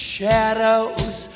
Shadows